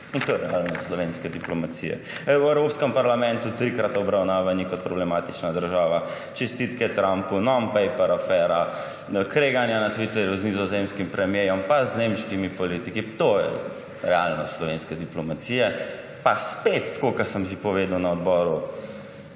In to je realnost slovenske diplomacije. V Evropskem parlamentu trikrat obravnavani kot problematična država, čestitke Trumpu, non-paper afera, kreganje na Twitterju z nizozemskim premierjem pa z nemškimi politiki, to je realnost slovenske diplomacije. Pa spet, tako kot sem že povedal na odboru,